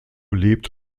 lebt